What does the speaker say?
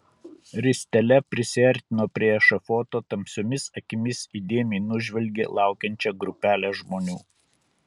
ristele prisiartino prie ešafoto tamsiomis akimis įdėmiai nužvelgė laukiančią grupelę žmonių